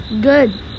Good